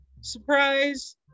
surprise